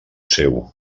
seu